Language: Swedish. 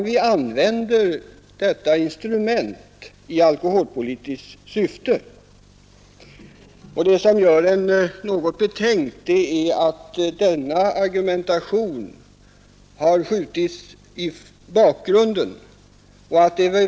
Vi använder i stället skatteinstrumentet i alkoholpolitiskt syfte, och det som gör en något betänkt är att denna argumentation har skjutits i bakgrunden.